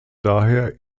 daher